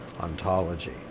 ontology